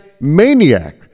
Maniac